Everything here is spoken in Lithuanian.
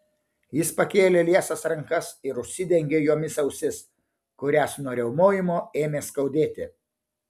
jis pakėlė liesas rankas ir užsidengė jomis ausis kurias nuo riaumojimo ėmė skaudėti